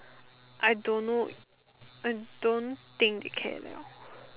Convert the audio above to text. I don't know I don't think they care liao